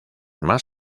más